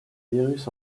virus